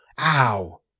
Ow